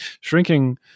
shrinking